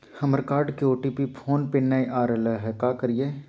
हमर कार्ड के OTP phone पे नई आ रहलई हई, का करयई?